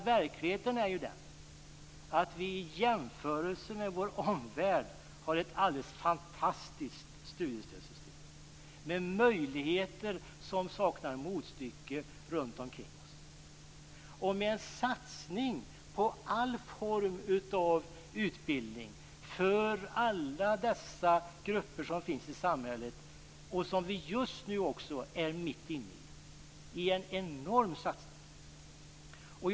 Verkligheten är ju den att vi i jämförelse med vår omvärld har ett alldeles fantastiskt studiestödssystem med möjligheter som saknar motstycke runt omkring oss och med en satsning på alla former av utbildning för alla de grupper som finns i samhället. Den är vi mitt inne i just nu. Det är en enorm satsning.